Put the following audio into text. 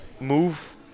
move